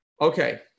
Okay